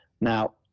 Now